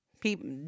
people